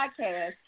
podcast